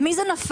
על מי זה נפל?